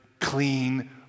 clean